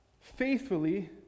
faithfully